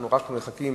אנחנו רק מחכים